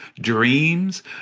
dreams